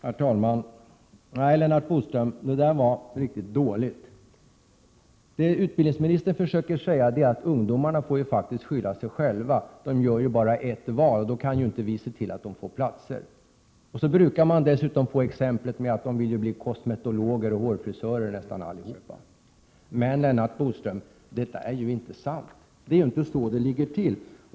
Herr talman! Nej, Lennart Bodström, det där var riktigt dåligt. Det som utbildningsministern försöker säga är: Ungdomarna får faktiskt skylla sig själva. De gör ju bara ett val, och då kan ju inte vi se till att de får plats. Man brukar dessutom få exemplet att nästan alla vill bli kosmetologer och hårfrisörer. Men, Lennart Bodström, det är ju inte sant, och det är inte så det ligger till.